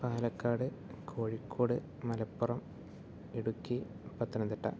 Palakkad Kozhikode Malappuram Idukki Pathanamthitta